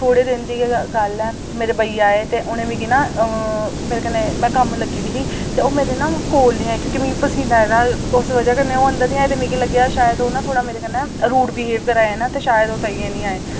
थोह्ड़े दिन दी ते गल्ल ऐ मेरे भैया आए ते उ'नें मिगी ना मेरे कन्नै में कम्म लग्गी दी ही ते ओह् मेरे ना कोल निं आए क्योंकि मिगी पसीना आए दा हा उस बजह् कन्नै ओह् अंदर निं आये मिगी लग्गेआ शायद ओह् ना थोह्ड़ा मेरे कन्नै रूड बिहेव करा दे न शायद ओह् ताहियें निं आए